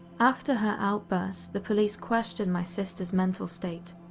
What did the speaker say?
after her outburst, the police questioned my sister's mental state.